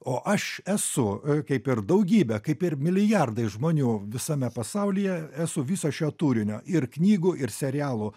o aš esu kaip ir daugybė kaip ir milijardai žmonių visame pasaulyje esu viso šio turinio ir knygų ir serialų